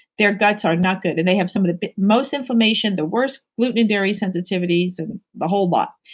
their guts are not good and they have some of the most inflammation, the worst gluten and dairy sensitivities, and the whole lot.